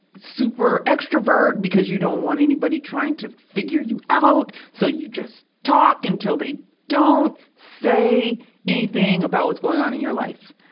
super extravert, because you don't want anybody trying to figure you out, so you just talk until they don't say anything about what's going on in your life.